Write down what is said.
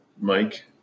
Mike